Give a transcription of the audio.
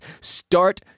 Start